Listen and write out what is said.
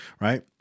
right